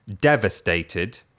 Devastated